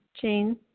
Jane